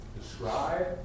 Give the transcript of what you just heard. describe